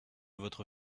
votre